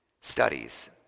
studies